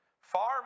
far